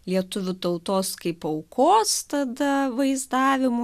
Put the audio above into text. lietuvių tautos kaip aukos tada vaizdavimu